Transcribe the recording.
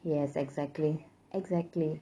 yes exactly exactly